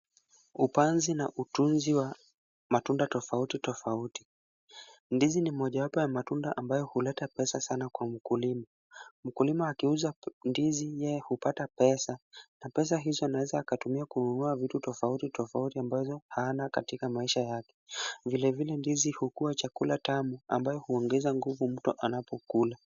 Upanzi na utunzi wa matunda tofauti tofauti. Ndizi ni mojawapo ya matunda ambayo huleta pesa sana kwa mkulima. Mkulima akiuza ndizi yeye hupata pesa na pesa hizo anaweza akatumia kununua vitu tofauti tofauti ambazo hana katika maisha yake. Vilevile ndizi hukuwa chakula tamu ambayo huongeza nguvu mtu anapokula.